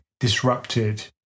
disrupted